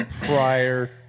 prior